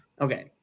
Okay